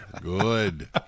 Good